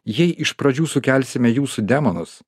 jei iš pradžių sukelsime jūsų demonus